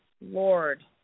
Lord